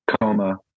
coma